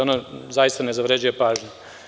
Ono zaista ne zavređuje pažnju.